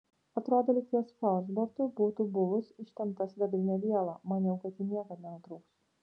atrodė lyg ties falšbortu būtų buvus ištempta sidabrinė viela maniau kad ji niekad nenutrūks